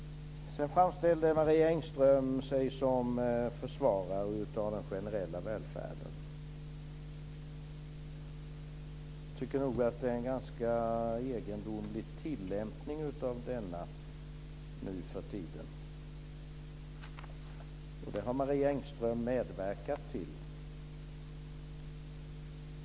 Sedan framställde sig Marie Engström som försvarare av den generella välfärden. Jag tycker nog att det är en ganska egendomlig tillämpning av denna nuförtiden, och det har Marie Engström medverkat till.